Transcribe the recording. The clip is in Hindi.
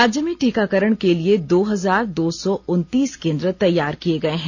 राज्य में टीकाकरण के लिए दो हजार दो सौ उनतीस केंद्र तैयार किये गये हैं